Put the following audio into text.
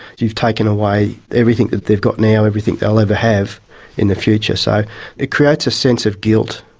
you've taken away everything that they've got now, everything they'll ever have in the future. so it creates a sense of guilt.